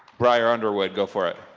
briar underwood, go for it.